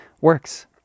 works